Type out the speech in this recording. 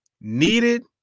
Needed